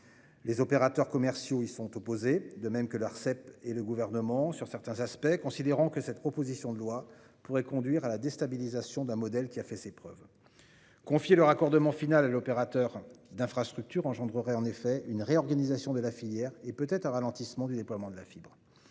et le Gouvernement, sont opposés à ce texte, notamment à certains de ses aspects : ils considèrent que cette proposition de loi pourrait conduire à la déstabilisation d'un modèle qui a fait ses preuves. Confier le raccordement final à l'opérateur d'infrastructure entraînerait en effet une réorganisation de la filière et, peut-être, un ralentissement du déploiement de la fibre.